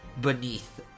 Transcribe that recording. beneath